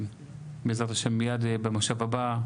בעזרת השם מיד במושב הבא.